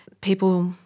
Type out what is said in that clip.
People